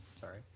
Sorry